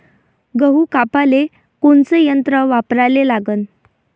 गहू कापाले कोनचं यंत्र वापराले लागन?